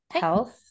Health